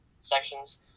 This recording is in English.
sections